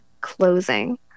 closing